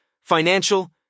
financial